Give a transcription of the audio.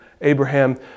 Abraham